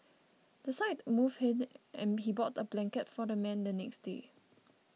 the sight moved him and he bought a blanket for the man the next day